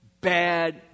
bad